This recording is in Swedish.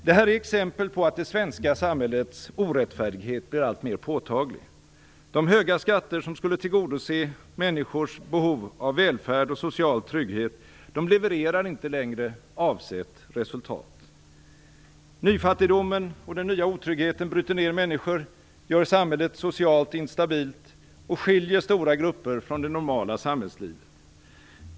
Detta är exempel på att det svenska samhällets orättfärdighet blir allt mer påtaglig. De höga skatter som skulle tillgodose människors behov av välfärd och social trygghet levererar inte längre avsett resultat. Nyfattigdomen och den nya otryggheten bryter ned människor, gör samhället socialt instabilt och skiljer stora grupper från det normala samhällslivet.